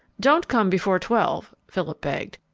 don't come before twelve, philip begged.